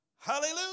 Hallelujah